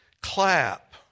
Clap